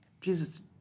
Jesus